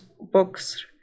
books